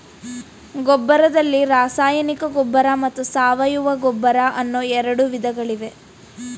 ಗೊಬ್ಬರದಲ್ಲಿ ರಾಸಾಯನಿಕ ಗೊಬ್ಬರ ಮತ್ತು ಸಾವಯವ ಗೊಬ್ಬರ ಅನ್ನೂ ಎರಡು ವಿಧಗಳಿವೆ